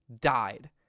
died